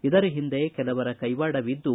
ಇದರ ಹಿಂದೆ ಕೆಲವರ ಕೈವಾಡವಿದ್ದು